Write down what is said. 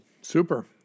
Super